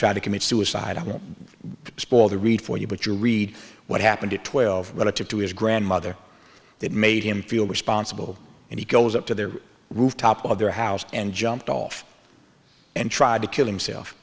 tried to commit suicide i won't spoil the read for you but you read what happened to twelve relative to his grandmother that made him feel responsible and he goes up to their roof top of their house and jumped off and tried to kill himself